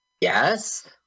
Yes